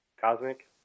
cosmic